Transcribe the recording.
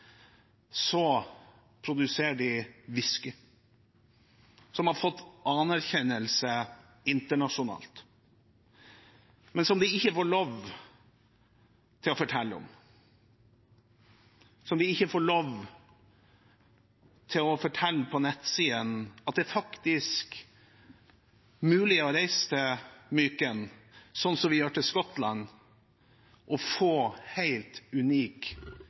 som har fått anerkjennelse internasjonalt, men som de ikke får lov til å fortelle om. De får ikke lov til å fortelle på nettsidene at det faktisk er mulig å reise til Myken, som vi gjør til Skottland, og få helt unik